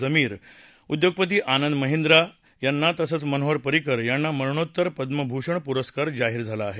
जमीर उद्योगपती आनंद महिंद्र यांना तसंच मनोहर परिंकर यांना मरणोत्तर पद्मभूषण पुरस्कार जाहीर झाला आहे